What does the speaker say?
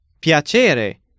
Piacere